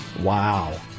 Wow